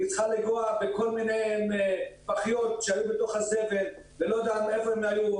והיא צריכה לגעת בכל מיני פחיות שהיו בתוך הזבל ולא יודע איפה היו,